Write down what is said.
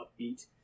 upbeat